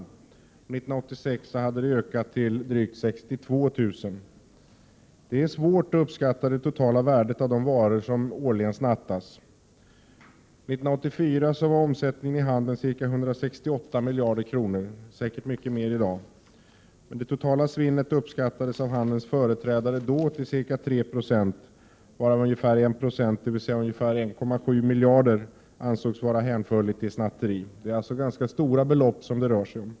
År 1986 hade antalet ökat till drygt 62 000. Det är svårt att uppskatta det totala värdet av de varor som årligen snattas. År 1984 var omsättningen i handeln ca 168 miljarder kronor, i dag säkert mycket mer. Det totala svinnet uppskattades då av handelns företrädare till ca 3 20, varav 1 20, dvs. ungefär 1,7 miljarder, ansågs vara hänförligt till snatteri. Det är alltså stora belopp som det rör sig om.